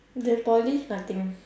your poly nothing